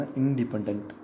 independent